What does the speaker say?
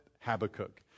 Habakkuk